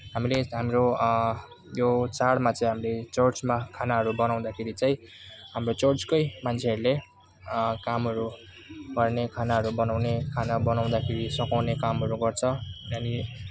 हामीले हाम्रो यो चाडमा चाहिँ हामीले चर्चमा खानाहरू बनाउँदाखेरि चाहिँ हाम्रो चर्चकै मान्छेहरूले कामहरू गर्ने खानाहरू बनाउने खाना बनाउँदाखेरि सघाउने कामहरू गर्छ अनि